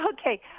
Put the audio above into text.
Okay